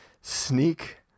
sneak